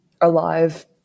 alive